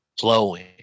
flowing